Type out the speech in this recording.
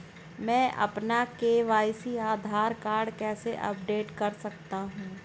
मैं अपना e KYC Aadhaar card कैसे अपडेट कर सकता हूँ?